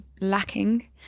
lacking